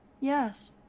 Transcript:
Yes